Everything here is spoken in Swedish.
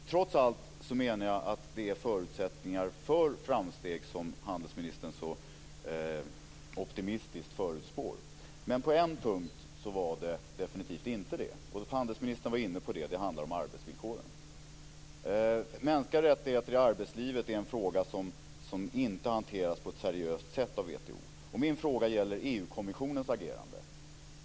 Trots allt menar jag att det finns förutsättningar för framsteg, som handelsministern så optimistiskt förutspår. Men på en punkt är det definitivt inte så, och handelsministern var inne på det. Det handlar om arbetsvillkoren. Mänskliga rättigheter i arbetslivet är en fråga som inte har hanterats på ett seriöst sätt av WTO. Min fråga gäller EU-kommissionens agerande.